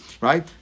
right